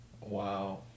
Wow